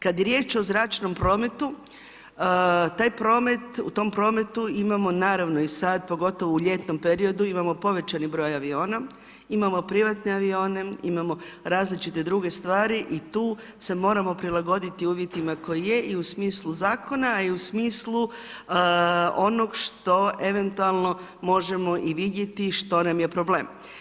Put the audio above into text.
Kada je riječ o zračnom prometu, taj promet, u tom prometu imamo naravno i sad, pogotovo u ljetnom periodu, imamo povećani broj aviona, imamo privatne avione, imamo različite druge stvari i tu se moramo prilagoditi uvjetima koji jesu i u smislu zakona a i u smislu onog što eventualno možemo i vidjeti, što nam je problem.